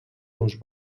los